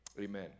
Amen